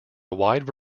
wide